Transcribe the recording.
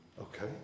Okay